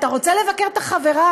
אתה רוצה לבקר את החברה,